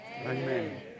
Amen